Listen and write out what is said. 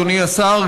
אדוני השר,